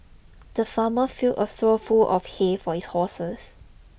the farmer filled a trough full of hay for his horses